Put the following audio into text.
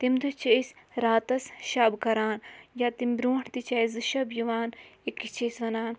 تمہِ دۄہ چھِ أسۍ راتَس شَب کَران یا تمہِ برٛونٛٹھ تہِ چھِ اسہِ زٕ شَب یِوان أکِس چھِ أسۍ وَنان